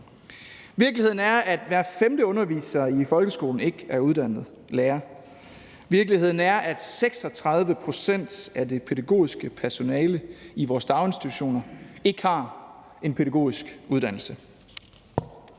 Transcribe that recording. Virkeligheden er, at hver femte underviser i folkeskolen ikke er uddannet lærer. Virkeligheden er, at 36 pct. af det pædagogiske personale i vores daginstitutioner ikke har en pædagogisk uddannelse.